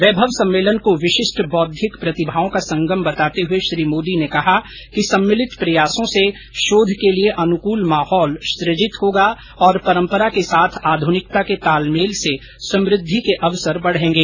वैभव सम्मेलन को विशिष्ट बौद्विक प्रतिभाओं का संगम बताते हए श्री मोदी ने कहा कि सम्मिलित प्रयासों से शोध के लिए अनुकूल माहौल सुजित होगा और परम्परा के साथ आधूनिकता के तालमेल से समृद्धि के अवसर बढ़ेंगे